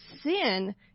sin